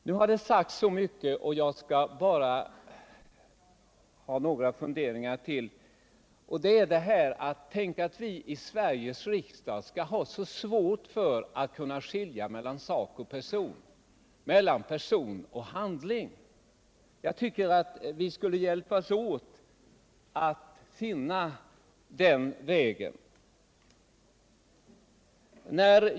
Det har sagts mycket här och jag skall bara tillägga några funderingar. Tänk att vi i Sveriges riksdag skall ha så svårt för att skilja mellan sak och person, mellan person och handling. Vi borde hjälpas åt för att finna vägen dit.